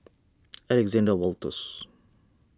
Alexander Wolters